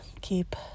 Keep